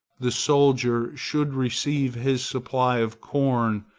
the soldier should receive his supply of corn,